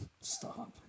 Stop